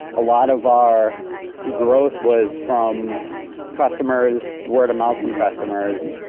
a lot of our growth was from customers, word of mouth from customers.